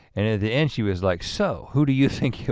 and at the end she was like, so, who do you think it